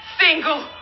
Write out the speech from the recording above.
single